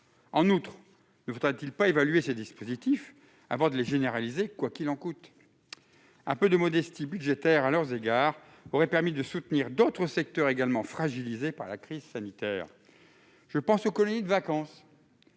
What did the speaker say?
En outre, ne faudrait-il pas évaluer ces dispositifs avant de les généraliser quoi qu'il en coûte ? Un peu de modestie budgétaire à leur égard aurait permis de soutenir d'autres secteurs également fragilisés par la crise sanitaire. Je pense aux colonies de vacances